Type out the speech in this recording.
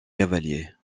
cavaliers